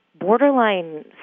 borderline